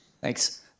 Thanks